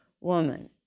woman